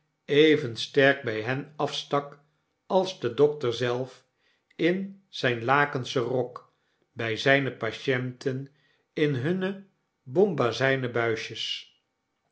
even sterk bjj hen afstak als de dokter zelfin zgn lakenschen rok by zijne patienten in hunne bombazynen buisjes